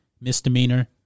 misdemeanor